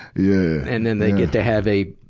yeah. and then they get to have a,